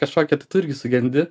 kažkokį tai tu irgi sugendi